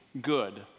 good